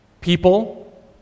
people